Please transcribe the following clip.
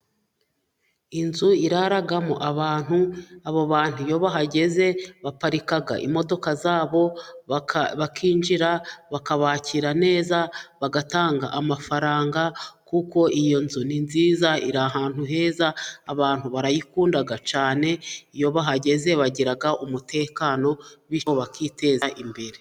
Inzu iraramo abantu, abo bantu iyo bahageze baparika imodoka zabo bakinjira bakabakira neza bagatanga amafaranga, kuko iyo nzu ni nziza iri ahantu heza, abantu barayikunda cyane iyo bahageze bagira umutekano, bityo bakiteza imbere.